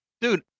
dude